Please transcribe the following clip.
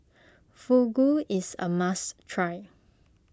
Fugu is a must try